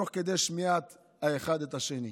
תוך כדי שמיעת האחד את השני.